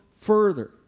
further